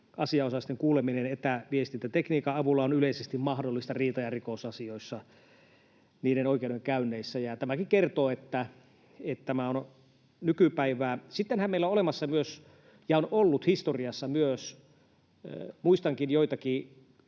asianosaisten kuuleminen etäviestintätekniikan avulla on yleisesti mahdollista riita- ja rikosasioissa, niiden oikeudenkäynneissä, ja tämäkin kertoo, että tämä on nykypäivää. Sittenhän meillä on olemassa myös ja on ollut historiassa myös, muistankin, joitakin,